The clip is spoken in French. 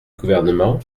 gouvernement